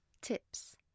Tips